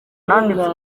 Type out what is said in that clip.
nanditse